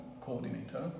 coordinator